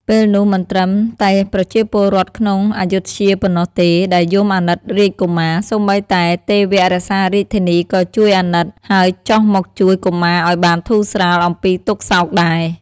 ពេលនោះមិនត្រឹម តែប្រជាពលរដ្ឋក្នុងព្ធយុធ្យាប៉ុណ្ណោះទេដែលយំអាណិតរាជកុមារ សូម្បីតែទេវៈរក្សារាជធានីក៏ជួយអាណិត ហើយចុះមកជួយកុមារឱ្យបានធូស្រាលអំពីទុក្ខសោកដែរ។